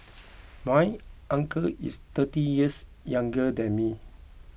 my uncle is thirty years younger than me